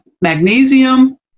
magnesium